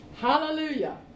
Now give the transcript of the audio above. Hallelujah